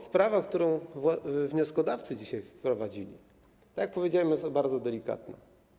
Sprawa, którą wnioskodawcy dzisiaj wprowadzili, tak jak powiedziałem, jest bardzo delikatna.